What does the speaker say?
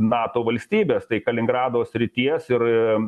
nato valstybės tai kaliningrado srities ir